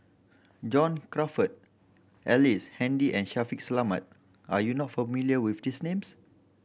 John Crawfurd Ellice Handy and Shaffiq Selamat are you not familiar with these names